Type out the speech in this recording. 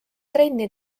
trenni